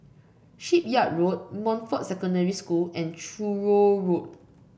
Shipyard Road Montfort Secondary School and Truro Road